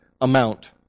amount